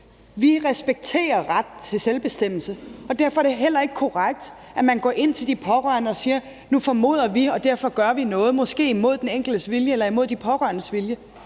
Vi respekterer retten til selvbestemmelse, og derfor er det heller ikke korrekt, at man går ind til de pårørende og siger: Nu formoder vi det, og derfor gør vi noget, som måske er imod den enkeltes vilje eller mod de pårørendes vilje.